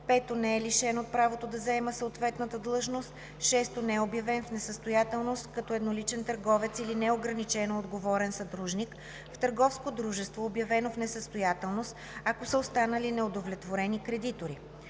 5. не е лишен от правото да заема съответната длъжност; 6. не е обявен в несъстоятелност като едноличен търговец или неограничено отговорен съдружник в търговско дружество, обявено в несъстоятелност, ако са останали неудовлетворени кредитори;